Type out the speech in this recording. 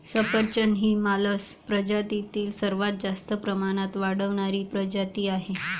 सफरचंद ही मालस प्रजातीतील सर्वात जास्त प्रमाणात वाढणारी प्रजाती आहे